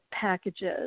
packages